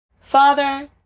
Father